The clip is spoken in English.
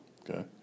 okay